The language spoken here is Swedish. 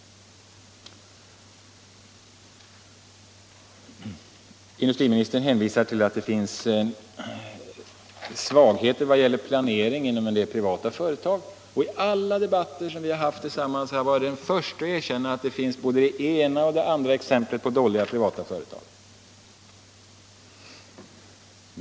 Industriministern hänvisar till att det finns svagheter i vad gäller planeringen inom en del privata företag. I alla debatter som vi har haft har jag varit den förste att erkänna att det finns både det ena och det andra exemplet på dåligt planerade företag.